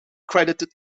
credited